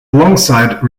alongside